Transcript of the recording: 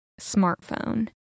smartphone